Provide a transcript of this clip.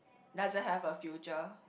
doesn't have a future